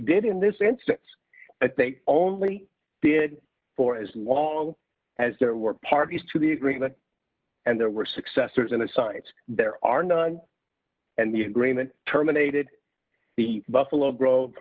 did in this instance that they only did for as long as there were parties to the agreement and there were successors in asides there are none and the agreement terminated the buffalo grove